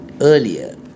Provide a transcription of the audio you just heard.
earlier